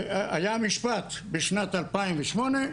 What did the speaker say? היה משפט בשנת 2008,